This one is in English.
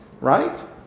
Right